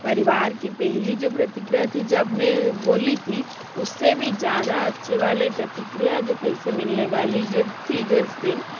परिवार की पहली जो प्रतिक्रिया थी जब मैं बोली थी उससे भी ज़्यादा अच्छे वाले प्रतिक्रिया जो पैसे मिलने वाली जो थी जिस दिन